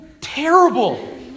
terrible